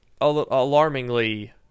alarmingly